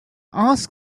ask